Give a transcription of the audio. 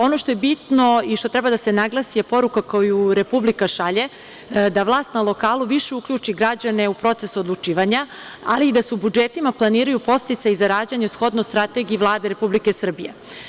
Ono što je bitno i što treba da se naglasi je poruka koju Republika šalje - da vlast na lokalu više uključi građane u proces odlučivanja, ali i da se budžetima planiraju podsticaji za rađanje shodno strategiji Vlade Republike Srbije.